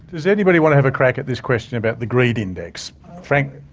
does anybody want to have a crack at this question about the greed index? frank,